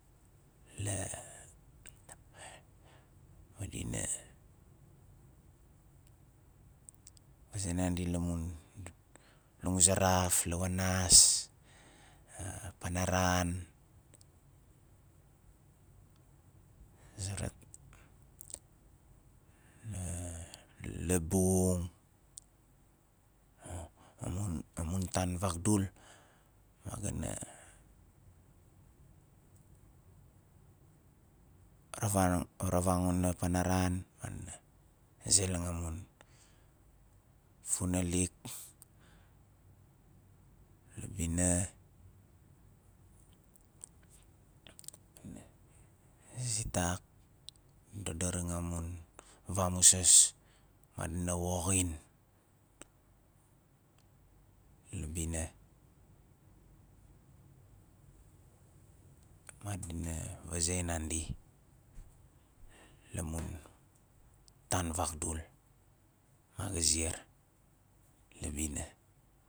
La madina vaze nandi la mun languzaraf, lawanas panaran a zera labung amun amun tan vagdul ma ga na ravangon la panaran madina zeleng amun funalik la bina zitak dodoring amun vamuzas madina woxin la bina madina vaze nandi la mun tan vagdul ma ga ziar la bina